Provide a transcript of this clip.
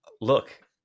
look